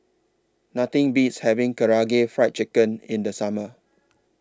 Nothing Beats having Karaage Fried Chicken in The Summer